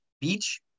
beach